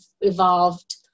evolved